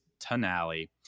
Tonali